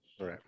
Right